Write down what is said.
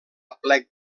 plec